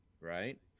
right